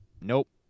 nope